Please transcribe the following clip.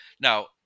now